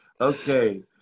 Okay